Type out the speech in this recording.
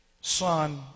son